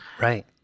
Right